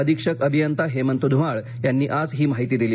अधीक्षक अभियंता हेमंत धुमाळ यांनी आज ही माहिती दिली